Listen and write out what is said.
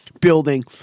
building